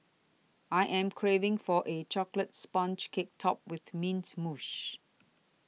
I am craving for a Chocolate Sponge Cake Topped with mints mousse